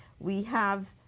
we have